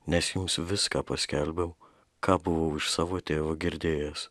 nes jums viską paskelbiau ką buvau iš savo tėvo girdėjęs